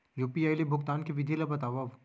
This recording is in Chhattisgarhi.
यू.पी.आई ले भुगतान के विधि ला बतावव